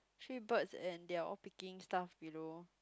three birds and they are all picking stuff below